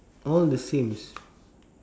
all the sames